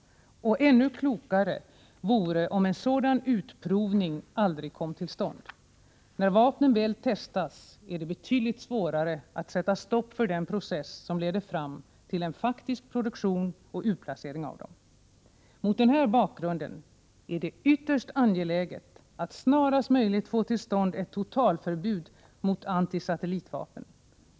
Och än klokare vore om en sådan utprovning aldrig kom till stånd. När vapnen väl testats är det betydligt svårare att sätta stopp för den process som leder fram till en faktisk produktion och utplacering av dem. Mot denna bakgrund är det ytterst angeläget att snarast möjligt få till stånd ett totalförbud mot anti-satellitvapen.